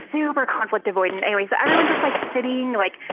super conflict-avoidant. anyways, but everyone's just, like, sitting, like,